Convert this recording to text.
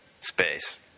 space